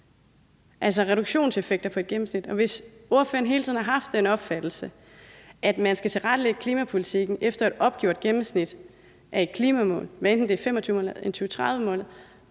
af reduktionseffekterne. Hvis ordføreren hele tiden har haft den opfattelse, at man skal tilrettelægge klimapolitikken efter et opgjort gennemsnit af et klimamål, hvad enten det er 2025-målet eller 2030-målet,